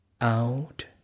Out